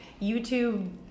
youtube